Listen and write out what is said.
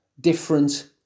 different